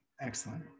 Excellent